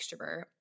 extrovert